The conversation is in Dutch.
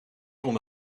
kon